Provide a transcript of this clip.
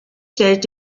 stellt